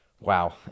wow